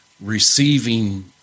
receiving